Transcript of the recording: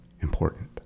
important